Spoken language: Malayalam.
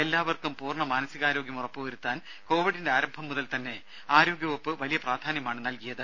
എല്ലാവർക്കും പൂർണ മാനസികാരോഗ്യം ഉറപ്പുവരുത്താൻ കോവിഡിന്റെ ആരംഭം മുതൽ തന്നെ ആരോഗ്യ വകുപ്പ് വലിയ പ്രാധാന്യമാണ് നൽകിയത്